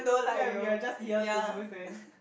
ya we are just year twos then